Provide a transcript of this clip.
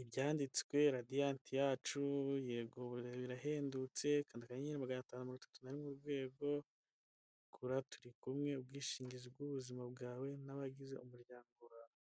ibyanditswe radiyant yacu yego birahendutse kanda akanyenyeri magana atanu na mirongo itatu na rimwe urwego Gura turikumwe ubwishingizi bw'ubuzima bwawe n'abagize umuryango wawe.